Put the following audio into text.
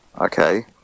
okay